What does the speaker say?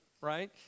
Right